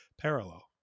Parallel